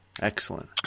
Excellent